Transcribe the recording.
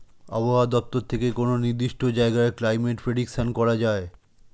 আবহাওয়া দপ্তর থেকে কোনো নির্দিষ্ট জায়গার ক্লাইমেট প্রেডিকশন করা যায়